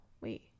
Wait